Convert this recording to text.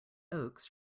oaks